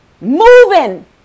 moving